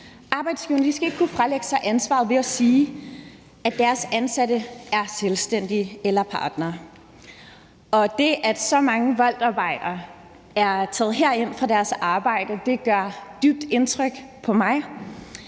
Arbejdsgiverne skal ikke kunne fralægge sig ansvaret ved at sige, at deres ansatte er selvstændige eller partnere, og det, at så mange Voltarbejdere er taget herind fra deres arbejde, gør et dybt indtryk på mig,